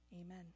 Amen